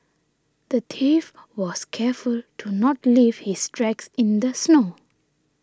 the thief was careful to not leave his tracks in the snow